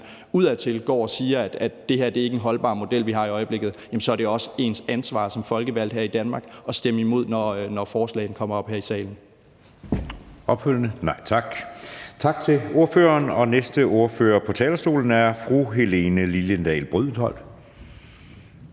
udadtil går ud og siger, at det ikke er en holdbar model, vi har i øjeblikket, så er det også ens ansvar som folkevalgt her i Danmark at stemme imod, når forslaget kommer til behandling